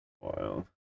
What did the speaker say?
Wow